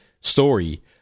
story